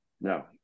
no